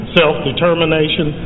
self-determination